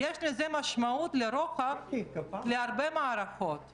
יזהר שי ואחר כך עוזי